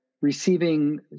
receiving